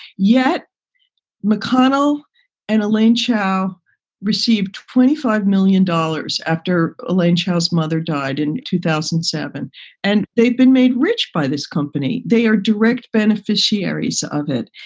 yet mcconnell and elaine chao received twenty five million dollars after elaine child's mother died in two thousand and seven and they'd been made rich by this company. they are direct beneficiaries of it.